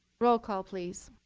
roll call, please.